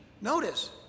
notice